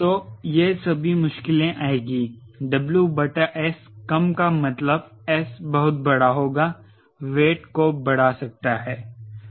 तो यह सभी मुश्किलें आएगी WS कम का मतलब S बहुत बड़ा होगा वेट को बड़ा सकता है